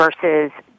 versus